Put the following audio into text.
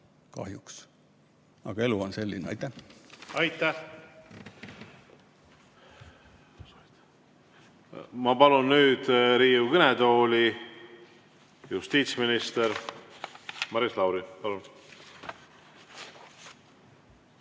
Aga elu on selline. Aitäh! Ma palun nüüd Riigikogu kõnetooli justiitsminister Maris Lauri.